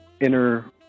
inner